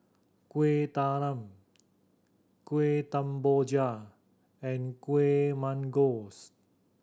Kueh Talam Kuih Kemboja and Kueh Manggis